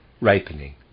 ripening